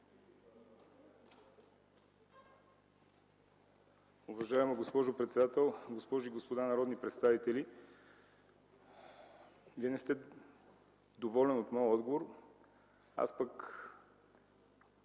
Уважаема госпожо председател, уважаеми госпожи и господа народни представители! Вие не сте доволен от моя отговор, аз пък